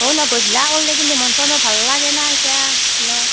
অঁ ন গইধলা ওলাই গ'লে মন চনো ভাল লাগে না ইতা অলপ